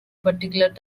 particular